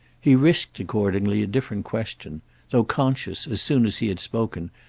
he risked accordingly a different question though conscious, as soon as he had spoken,